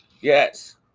Yes